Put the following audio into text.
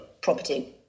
property